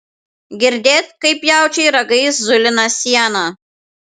girdėt kaip jaučiai ragais zulina sieną